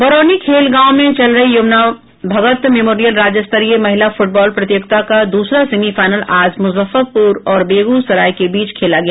बरौनी खेल गांव में चल रही यमुना भगत मेमोरियल राज्य स्तरीय महिला फूटबॉल प्रतियोगिता का द्रसरा सेमीफाईनल आज मुजफ्फरपुर और बेगूसराय के बीच खेला गया